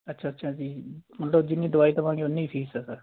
ਅੱਛਾ ਅੱਛਾ ਜੀ ਮਤਲਬ ਜਿੰਨੀ ਦਵਾਈ ਦਵਾਂਗੇ ਉਨੀ ਫੀਸ ਹੈ ਸਰ